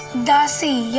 devdasi yeah